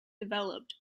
developed